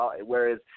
Whereas